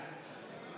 בעד ישראל כץ, בעד רון